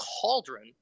cauldron